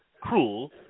cruel